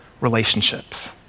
relationships